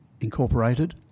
Incorporated